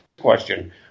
question